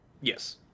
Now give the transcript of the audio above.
Yes